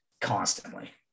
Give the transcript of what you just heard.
constantly